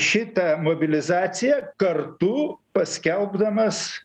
šitą mobilizaciją kartu paskelbdamas